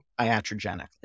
iatrogenically